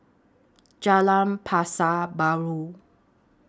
Jalan Pasar Baru